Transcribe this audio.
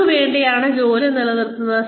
ആർക്കുവേണ്ടിയാണ് ജോലി നിർത്തുന്നത്